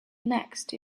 next